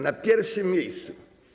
Na pierwszym miejscu.